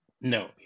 no